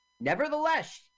Nevertheless